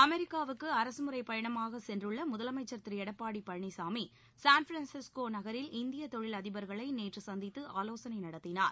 அமெரிக்காவுக்கு அரசு முறை பயணமாக சென்றுள்ள முதலமைச்சர் திரு எடப்பாடி பழனிசாமி சான்பிரான்ஸிஸ்கோ நகரில் இந்திய தொழில் அதிபர்களை நேற்று சந்தித்து ஆலோசனை நடத்தினார்